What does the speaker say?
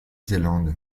zélande